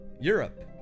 Europe